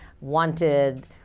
wanted